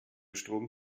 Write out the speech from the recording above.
strom